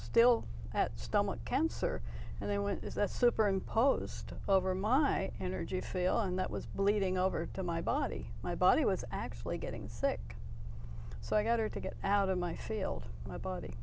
still at stomach cancer and they went is that superimposed over my energy field and that was bleeding over to my body my body was actually getting sick so i got her to get out of my field my b